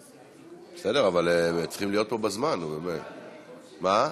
בסדר, אבל צריכים להיות פה בזמן, נו, באמת.